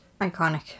iconic